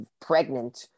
pregnant